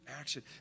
action